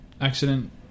accident